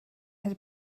had